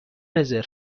رزرو